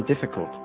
difficult